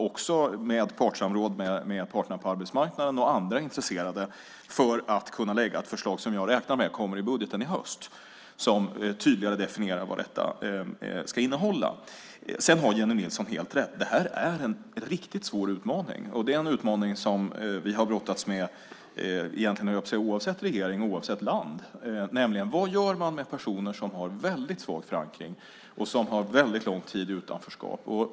Vi har även partssamråd med parterna på arbetsmarknaden och andra intresserade för att kunna lägga fram ett förslag som jag räknar med kommer i budgeten i höst och som tydligare definierar innehållet. Jennie Nilsson har helt rätt. Det här är en riktigt svår utmaning, och den har vi brottats med - höll jag på att säga - oavsett regering och oavsett land. Vad gör vi med personer som har väldigt svag förankring och väldigt lång tid i utanförskap?